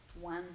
one